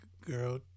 girl